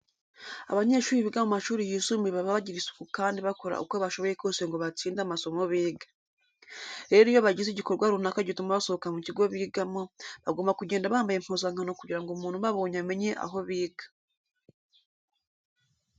Abanyeshuri biga mu mashuri yisumbuye baba bagira isuku kandi bakora uko bashoboye kose ngo batsinde amasomo biga. Rero iyo bagize igikorwa runaka gituma basohoka mu kigo bigamo, bagomba kugenda bambaye impuzankano kugira ngo umuntu ubabonye amenye aho biga.